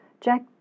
Jack